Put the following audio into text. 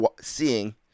seeing